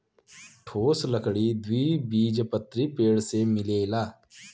ठोस लकड़ी द्विबीजपत्री पेड़ से मिलेला